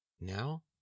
Now